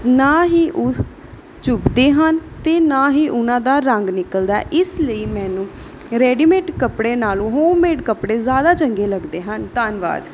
ਨਾ ਹੀ ਉਹ ਚੁਭਦੇ ਹਨ ਅਤੇ ਨਾ ਹੀ ਉਨ੍ਹਾਂ ਦਾ ਰੰਗ ਨਿਕਲਦਾ ਹੈ ਇਸ ਲਈ ਮੈਨੂੰ ਰੇਡੀਮੇਟ ਕੱਪੜੇ ਨਾਲੋਂ ਹੋਮਮੇਡ ਕੱਪੜੇ ਜ਼ਿਆਦਾ ਚੰਗੇ ਲੱਗਦੇ ਹਨ ਧੰਨਵਾਦ